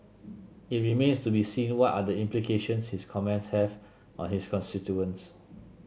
it remains to be seen what are the implications his comments have on his constituents